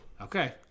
Okay